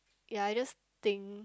ya I just think